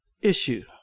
Issue